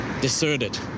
deserted